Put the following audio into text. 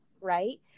right